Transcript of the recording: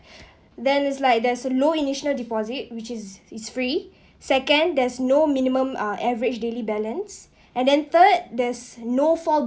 then is like there's a low initial deposit which is is free second there's no minimum uh average daily balance and then third there's no fault